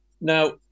Now